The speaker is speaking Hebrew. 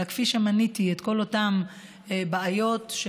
אלא כל אותן בעיות שמניתי,